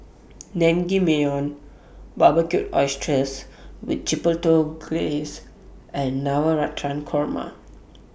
Naengmyeon Barbecued Oysters with Chipotle Glaze and Navratan Korma